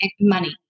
money